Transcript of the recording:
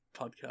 podcast